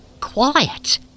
quiet